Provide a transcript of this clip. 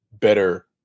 Better